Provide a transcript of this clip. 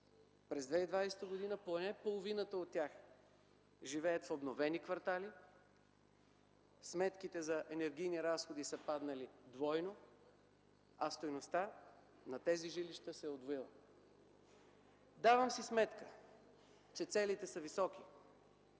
През 2020 г. поне половината от тях живеят в обновени квартали, сметките за енергийни разходи са паднали двойно, а стойността на тези жилища се е удвоила. Давам си сметка, че целите са високи,